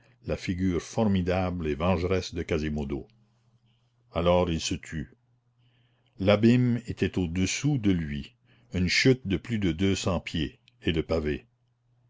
la figure formidable et vengeresse de quasimodo alors il se tut l'abîme était au-dessous de lui une chute de plus de deux cents pieds et le pavé